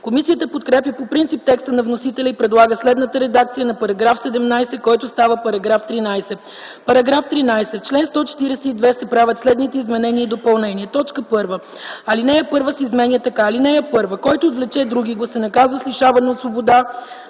Комисията подкрепя по принцип текста на вносителя и предлага следната редакция на § 17, който става § 13: „§ 13. В чл. 142 се правят следните изменения и допълнения: 1. Алинея 1 се изменя така: „(1) Който отвлече другиго, се наказва с лишаване от свобода